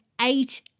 eight